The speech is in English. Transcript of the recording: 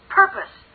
purpose